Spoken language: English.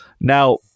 Now